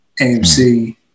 AMC